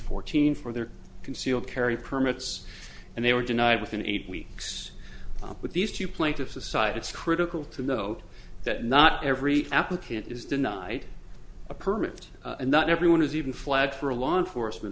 thousand for their concealed carry permits and they were denied within eight weeks with these two plaintiffs aside it's critical to note that not every applicant is denied a permit and not everyone is even flat for a law enforcement